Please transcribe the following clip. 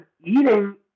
eating